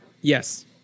Yes